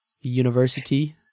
university